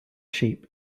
sheep